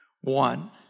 One